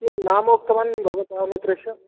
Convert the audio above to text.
किं नाम उक्तवान् भवतः मित्रस्य